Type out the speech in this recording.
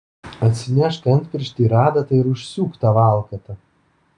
atsinešk antpirštį ir adatą ir užsiūk tą valkatą